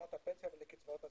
לקרנות הפנסיה ולקצבאות הזקנה.